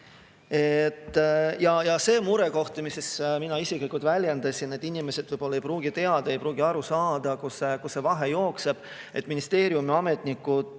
see murekoht, mida mina isiklikult väljendasin: inimesed võib-olla ei pruugi teada, ei pruugi aru saada, kust see vahe jookseb. Ministeeriumi ametnikud